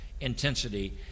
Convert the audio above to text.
intensity